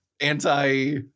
anti